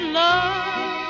love